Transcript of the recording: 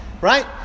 right